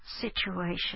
situation